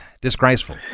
Disgraceful